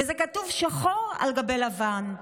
וזה כתוב שחור על גבי לבן.